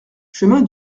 chemin